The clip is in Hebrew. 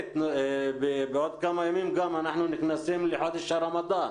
שנית, בעוד כמה ימים אנחנו נכנסים לחודש הרמדאן,